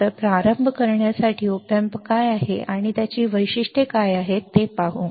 तर प्रारंभ करण्यासाठी आपण op amp काय आहे आणि त्याची वैशिष्ट्ये काय आहेत ते पाहूया